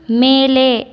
மேலே